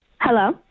Hello